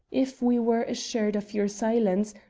if we were assured of your silence,